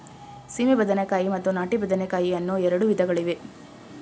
ಸೀಮೆ ಬದನೆಕಾಯಿ ಮತ್ತು ನಾಟಿ ಬದನೆಕಾಯಿ ಅನ್ನೂ ಎರಡು ವಿಧಗಳಿವೆ